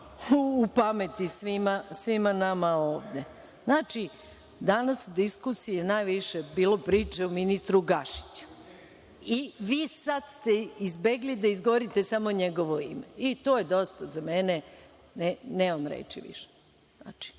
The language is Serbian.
u pameti svima nama ovde. Znači, danas u diskusiji je najviše bilo priče o ministru Gašiću. Sada ste izbegli da izgovorite samo njegovo ime, i to je dosta za mene, nemam reči više. Mi